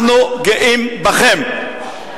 אנחנו גאים בכן.